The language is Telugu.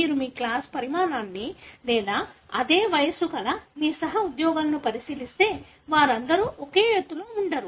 మీరు మీ తరగతి పరిమాణాన్ని లేదా అదే వయస్సు గల మీ సహ ఉద్యోగులను పరిశీలిస్తే వారందరూ ఒకే ఎత్తులో ఉండరు